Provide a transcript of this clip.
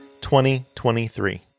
2023